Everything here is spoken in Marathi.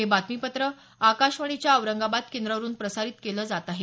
हे बातमीपत्र आकाशवाणीच्या औरंगाबाद केंद्रावरून प्रसारित केलं जात आहे